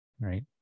right